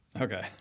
Okay